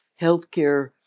healthcare